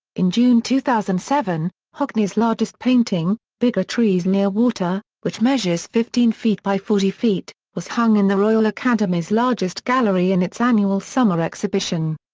in june two thousand and seven, hockney's largest painting, bigger trees near warter, which measures fifteen feet by forty feet, was hung in the royal academy's largest gallery in its annual summer exhibition.